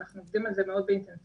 אנחנו עובדים על זה מאוד באינטנסיביות.